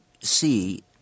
see